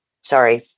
sorry